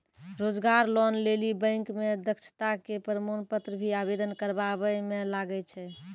रोजगार लोन लेली बैंक मे दक्षता के प्रमाण पत्र भी आवेदन करबाबै मे लागै छै?